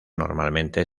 normalmente